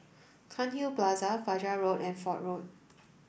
Cairnhill Plaza Fajar Road and Fort Road